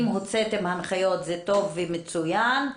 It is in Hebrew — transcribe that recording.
אם הוצאתם הנחיות זה טוב ומצוין,